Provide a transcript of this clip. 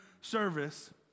service